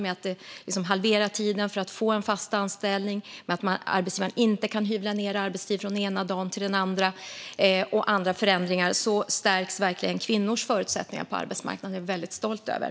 Genom att halvera tiden för att få en fast anställning och genom att arbetsgivaren inte kan hyvla ned arbetstid från den ena dagen till den andra eller göra andra sådana förändringar stärks verkligen kvinnors förutsättningar på arbetsmarknaden. Det är jag väldigt stolt över.